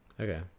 okay